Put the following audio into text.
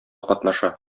катнаша